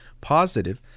positive